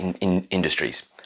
industries